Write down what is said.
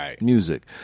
music